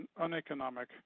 uneconomic